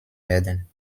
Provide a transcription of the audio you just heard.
werden